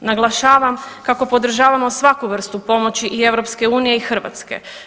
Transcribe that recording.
Naglašavam kako podržavamo svaku vrstu pomoći i EU i Hrvatske.